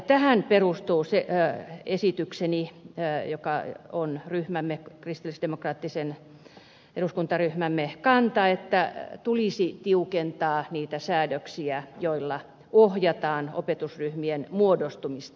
tähän perustuu se esitykseni joka on ryhmämme kristillisdemokraattisen eduskuntaryhmämme kanta että tulisi tiukentaa niitä säädöksiä joilla ohjataan opetusryhmien muodostumista